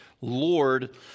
lord